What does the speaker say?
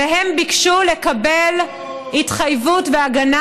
והם ביקשו לקבל התחייבות והגנה,